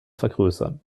vergrößern